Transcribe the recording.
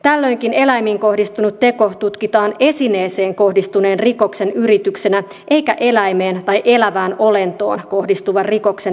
tällöinkin eläimiin kohdistunut teko tutkitaan esineeseen kohdistuneen rikoksen yrityksenä eikä eläimeen tai elävään olentoon kohdistuvan rikoksen yrityksenä